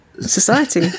society